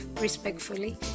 respectfully